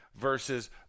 Versus